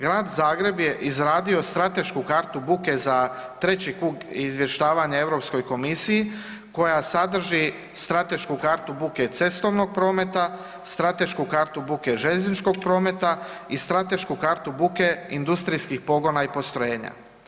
Grad Zagreb je izradio stratešku kartu buke za treći krug izvještavanje Europskoj komisiji koja sadrži stratešku kartu buke cestovnog prometa, stratešku kartu buke željezničkog prometa i stratešku kartu buke industrijskih pogona i postrojenja.